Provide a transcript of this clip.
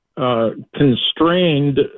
Constrained